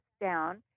down